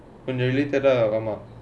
கொஞ்சம்:konjam related ஆமா:aamaa